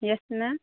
yes ma'am